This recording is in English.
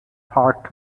park